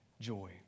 joy